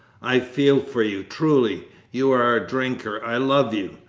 i feel for you, truly you are a drinker i love you!